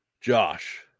josh